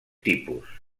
tipus